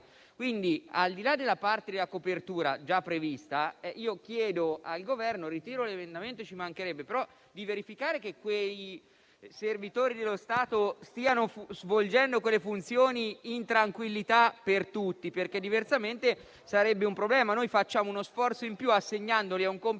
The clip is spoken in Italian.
Quindi, al di là della parte della copertura già prevista, ritiro l'emendamento - ci mancherebbe - ma chiedo al Governo di verificare che quei servitori dello Stato stiano svolgendo quelle funzioni in tranquillità per tutti, perché diversamente sarebbe un problema. Noi facciamo uno sforzo in più, assegnandoli a un compito diverso;